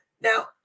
Now